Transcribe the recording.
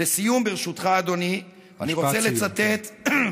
לסיום, ברשותך, אדוני, משפט סיום, כן.